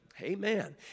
Amen